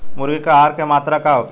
मुर्गी के आहार के मात्रा का होखे?